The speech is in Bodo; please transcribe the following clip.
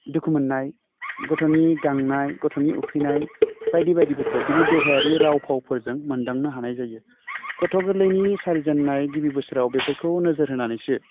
दुखु मोन्नाय गथ'नि गांनाय गथ'नि उखैनाय बायदि बायदिफोरखौ बिनि देहायारि राव फावफोरजों मोन्दांनो हानाय जायो गथ' गोरलैनि सारिजेन्नाय गिबि बोसोराव बेफोरखौ नोजोर होन्नानैसो